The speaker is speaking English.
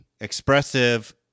expressive